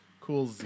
Cool